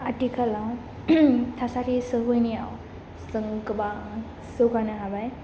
आथिखालाव थासारि सुबुंनियाव जों गोबां जौगानो हाबाय